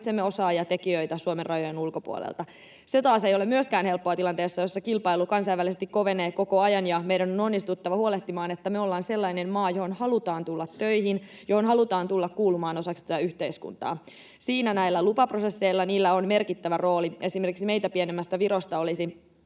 osaavia tekijöitä Suomen rajojen ulkopuolelta. Se taas ei ole myöskään helppoa tilanteessa, jossa kilpailu kansainvälisesti kovenee koko ajan, ja meidän on onnistuttava huolehtimaan, että me ollaan sellainen maa, johon halutaan tulla töihin, johon halutaan tulla kuulumaan osaksi tätä yhteiskuntaa. Siinä näillä lupaprosesseilla on merkittävä rooli. Esimerkiksi meitä pienemmästä Virosta olisi